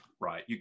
Right